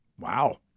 Wow